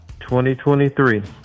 2023